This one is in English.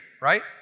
right